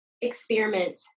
Experiment